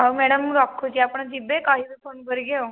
ହଉ ମ୍ୟାଡ଼ାମ ମୁଁ ରଖୁଛି ଆପଣ ଯିବେ କହିବେ ଫୋନ କରିକି ଆଉ